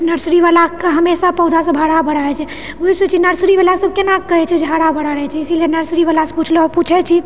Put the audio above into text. nursery बलाके हमेशा पौधासभ हराभरा रहैछै ओएह सोचैत छी कि नर्सरी बला सभ केना करैत छै जे हराभरा रहैत छै इसिलिए नर्सरीबलासँ पुछलहुँ पुछैत छी